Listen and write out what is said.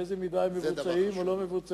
באיזו מידה הם מבוצעים או לא מבוצעים.